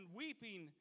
weeping